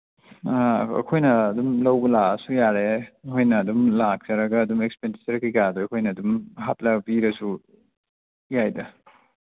ꯑꯥ ꯑꯩꯈꯣꯏꯅ ꯑꯗꯨꯝ ꯂꯧꯕ ꯂꯥꯛꯑꯁꯨ ꯌꯥꯔꯦ ꯅꯣꯏꯅ ꯑꯗꯨꯝ ꯂꯥꯛꯆꯔꯒ ꯑꯗꯨꯝ ꯑꯦꯛꯁꯄꯦꯟꯗꯤꯆꯔ ꯀꯩꯀꯥꯗꯨ ꯑꯩꯈꯣꯏꯅ ꯑꯗꯨꯝ ꯍꯥꯞꯂ ꯄꯤꯔꯁꯨ ꯌꯥꯏꯗ